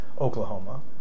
Oklahoma